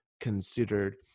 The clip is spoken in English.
considered